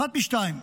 אחת משתיים,